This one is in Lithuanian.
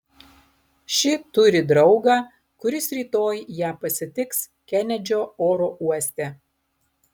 ši turi draugą kuris rytoj ją pasitiks kenedžio oro uoste